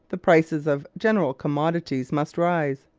the prices of general commodities must rise.